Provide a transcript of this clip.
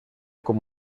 com